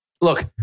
Look